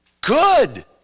Good